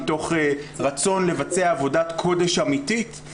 מותך רצון לבצע עבודת קודש אמיתית.